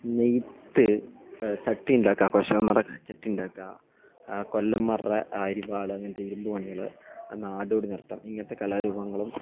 നേയ്ത്ത് ചട്ടി ഉണ്ടാക്കുക കുശവന്മാരുടെ ചട്ടി ഉണ്ടാക്കുക കൊല്ലന്മാരുടെ അരിവാള് അങ്ങനത്തേ ഇരുമ്പ് പണികൾ നാടോടി നൃത്തം ഇങ്ങനത്തെ കലാരൂപങ്ങളും